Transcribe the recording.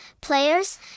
players